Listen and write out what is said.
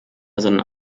sondern